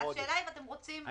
השאלה היא אם אתם רוצים אחרת.